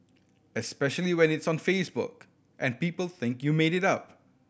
especially when it's on Facebook and people think you made it up